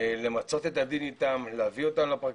למצות אתם את הדין אתם ולהביא אותם לפרקליטות,